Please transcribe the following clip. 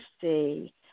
see